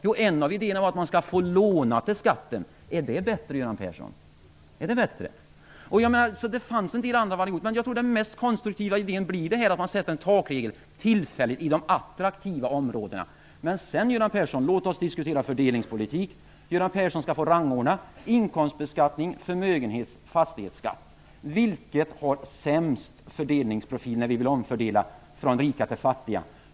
Jo, en av idéerna är att man skall få låna till skatten. Är det bättre, Göran Persson? Det finns en del varianter, men jag tror att den mest konstruktiva idén är att man inför en tillfällig takregel för de attraktiva områdena. Men låt oss sedan diskutera fördelningspolitik. Göran Persson skall få rangordna inkomstbeskattning, förmögenhets och fastighetsskatt. Vilken av skatterna har sämst fördelningsprofil när det gäller att omfördela från rika till fattiga?